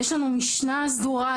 יש לנו משנה סדורה,